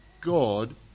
God